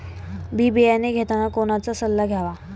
बी बियाणे घेताना कोणाचा सल्ला घ्यावा?